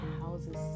houses